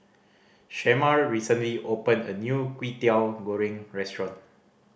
Shemar recently opened a new Kwetiau Goreng restaurant